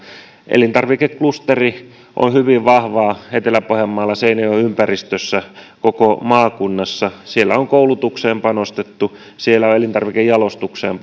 elintarvikeklusteri on hyvin vahvaa etelä pohjanmaalla seinäjoen ympäristössä koko maakunnassa siellä on koulutukseen panostettu siellä on elintarvikejalostukseen